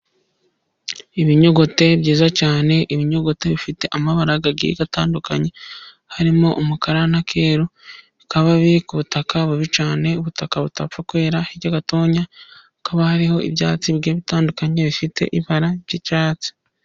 Ibinyogote byiza cyane ibinyogote bifite amabara agiye atandukanye harimo umukara n'akeru, bikaba biri ku butaka bubi cyane ubutaka butapfa kwera hirya gatoya kaba hariho ibyatsi bigiye bitandukanye bifite ibara ry'icyatsi.